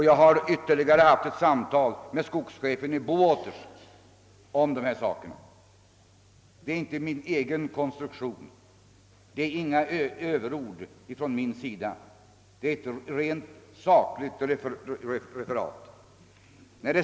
Jag har ytterligare haft ett samtal med skogschefen i Bowaters om denna sak. Det är inte min egen konstruktion. Det är inga överord från min sida. Det är ett rent sakligt referat.